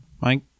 Mike